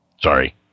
Sorry